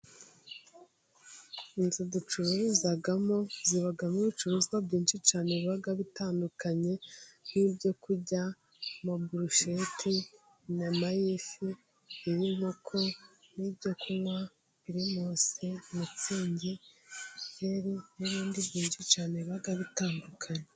Inzu ducururizamo zibamo ibicuruzwa byinshi cyane biba bitandukanye n'ibyo kurya, mo burusheti, inyama y'ifi, iy'inkoko n'ibyo kunywa pirimusi, mitsingi, byeri n'ibindi byinshi cyane biba bitandukanye.